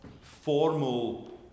formal